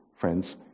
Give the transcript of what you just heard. friends